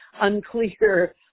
unclear